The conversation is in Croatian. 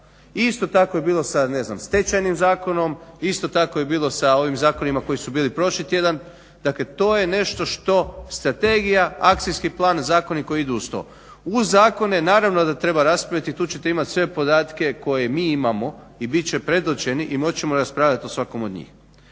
Isto tako je bilo sa Stečajnim zakonom, isto tako je ilo sa ovim zakonima koji su bili prošli tjedan. Dakle to je nešto što strategija, akcijski plan, zakoni koji idu uz to. Uz zakone naravno da treba raspraviti i tu ćete imat sve podatke koje mi imamo i bit će predočeni i moći ćemo raspravljat o svakom od njih.